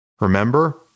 Remember